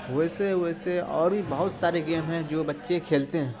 ویسے ویسے اور بھی بہت سارے گیم ہیں جو بچے کھیلتے ہیں